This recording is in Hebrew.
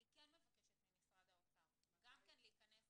אני כן מבקשת ממשרד האוצר גם כן להיכנס